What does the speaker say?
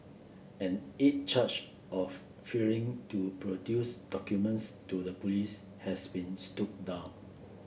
an eighth charge of failing to produce documents to the police has been stood down